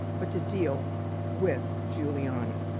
but to deal with giuliani.